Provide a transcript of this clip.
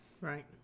Right